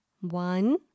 One